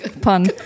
pun